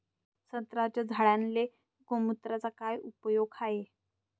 संत्र्याच्या झाडांले गोमूत्राचा काय उपयोग हाये?